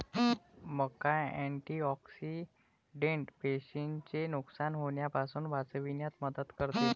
मका अँटिऑक्सिडेंट पेशींचे नुकसान होण्यापासून वाचविण्यात मदत करते